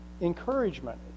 encouragement